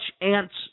ants